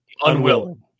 Unwilling